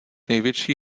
největší